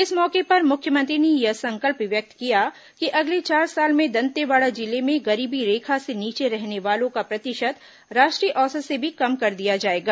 इस मौके पर मुख्यमंत्री ने यह संकल्प व्यक्त किया कि अगले चार साल में दंतेवाड़ा जिले में गरीबी रेखा से नीचे रहने वालों का प्रतिशत राष्ट्रीय औसत से भी कम कर दिया जाएगा